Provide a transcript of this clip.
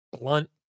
blunt